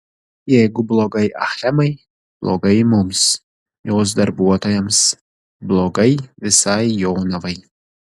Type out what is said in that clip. jeigu blogai achemai blogai mums jos darbuotojams blogai visai jonavai